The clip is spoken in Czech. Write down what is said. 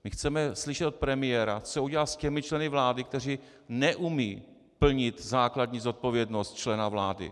My chceme slyšet od premiéra, co udělá s těmi členy vlády, kteří neumějí plnit základní zodpovědnost člena vlády.